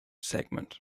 segment